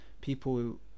people